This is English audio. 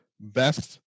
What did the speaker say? Best